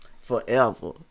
forever